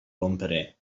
rompere